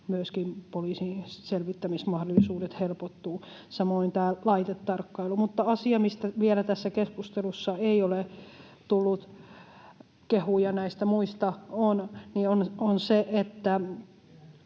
myöskin poliisin selvittämismahdollisuudet helpottuvat, samoin tämä laitetarkkailu. Mutta asia, mistä vielä tässä keskustelussa ei ole tullut kehuja — näistä muista on — on se, että